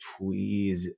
tweeze